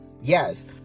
yes